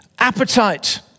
Appetite